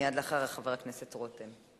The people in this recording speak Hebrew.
מייד לאחר חבר הכנסת רותם.